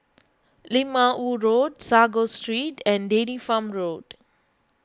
Lim Ah Woo Road Sago Street and Dairy Farm Road